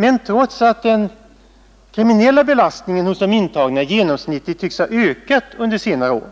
Men trots att den kriminella belastningen hos de intagna genomsnittligt tycks ha ökat under senare år,